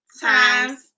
times